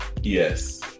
Yes